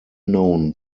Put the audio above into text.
known